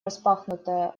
распахнутое